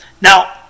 Now